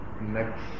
next